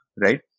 right